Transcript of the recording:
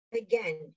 Again